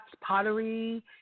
pottery